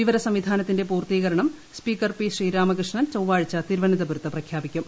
വിവര സംവിധാനത്തിന്റെ പൂർത്തീകരണം സ്പീക്കർ പി ശ്രീരാമകൃഷ്ണൻ ചൊവ്വാഴ്ച തിരുവനന്തപുരത്ത് പ്രഖ്യാപിക്കും